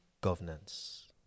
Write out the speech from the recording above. governance